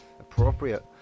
Appropriate